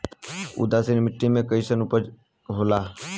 उदासीन मिट्टी में कईसन उपज होला?